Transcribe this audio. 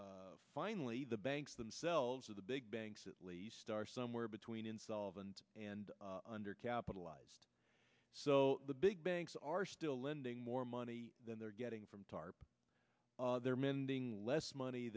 finally the banks themselves or the big banks at least are somewhere between insolvent and under capitalized so the big banks are still lending more money than they're getting from tarp they're mending less money